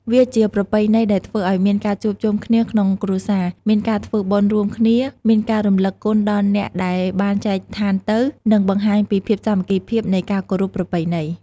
វាជាប្រពៃណីដែលធ្វើឲ្យមានការជួបជំគ្នាក្នុងគ្រួសារ មានការធ្វើបុណ្យរួមគ្នា មានការរំលឹងគុណដល់អ្នកដែលបានចែកថានទៅ និងបង្ហាញពីភាពសាមគ្គីភាពនៃការគោរពប្រពៃណី។